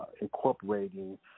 incorporating